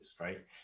right